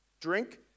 drink